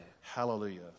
Hallelujah